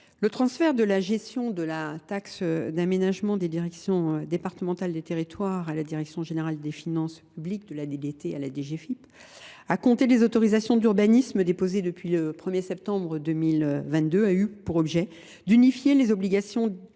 le transfert de la gestion de la taxe d’aménagement des directions départementales des territoires à la direction générale des finances publiques à compter des autorisations d’urbanisme déposées depuis le 1 septembre 2022 a eu pour objet d’unifier les obligations déclaratives